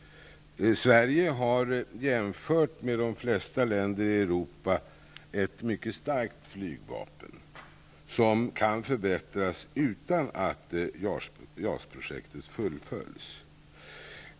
Sverige har jämfört med de flesta länder i Europa ett mycket starkt flygvapen som kan förbättras utan att JAS-projektet fullföljs.